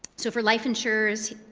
so for life insurers,